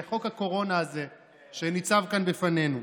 על חוק הקורונה הזה שניצב כאן בפנינו.